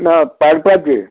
ना पाडपाचें